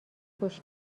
گوش